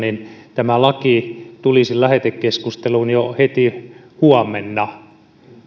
tämä laki tulisi lähetekeskusteluun jo heti huomenna